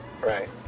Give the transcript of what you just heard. Right